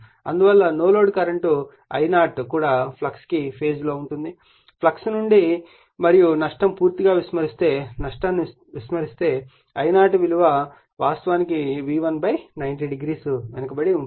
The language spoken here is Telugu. అందువల్ల నో లోడ్ కరెంట్ I0 కూడా ఫ్లక్స్కి ఫేజ్ లో ఉంటుంది ఫ్లక్స్ నుండి మరియు నష్టం పూర్తిగా విస్మరిస్తే నష్టాన్ని విస్మరిస్తే I0 విలువ వాస్తవానికి V1 90o వెనుకబడి ఉంటుంది